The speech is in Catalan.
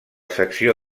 secció